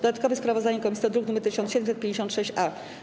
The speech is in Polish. Dodatkowe sprawozdanie komisji to druk nr 1756-A.